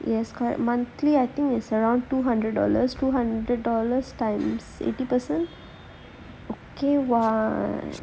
err monthly yes correct monthly oh think it's around two hundred dollars two hundred dollars times eighty percent